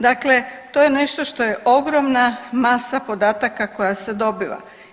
Dakle, to je nešto što je ogromna masa podataka koja se dobiva.